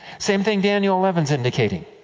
same thing daniel eleven is indicating.